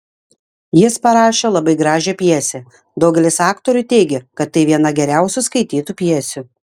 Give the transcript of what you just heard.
jis parašė labai gražią pjesę daugelis aktorių teigia kad tai viena geriausių skaitytų pjesių